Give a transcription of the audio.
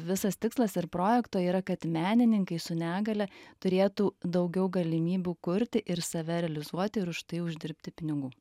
visas tikslas ir projekto yra kad menininkai su negalia turėtų daugiau galimybių kurti ir save realizuoti ir už tai uždirbti pinigų